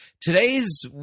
Today's